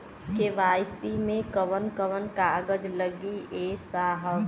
KYC मे कवन कवन कागज लगी ए साहब?